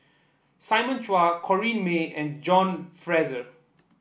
Simon Chua Corrinne May and John Fraser